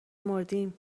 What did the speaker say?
مردیم